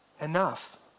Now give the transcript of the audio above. enough